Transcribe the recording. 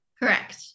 correct